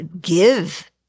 give